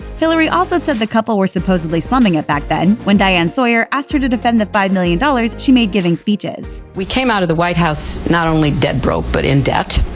hillary also said the couple were supposedly slumming it, back then, when diane sawyer asked her to defend the five million dollars she made giving speeches. we came out of the white house not only dead broke, but in debt.